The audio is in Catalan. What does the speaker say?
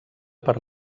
per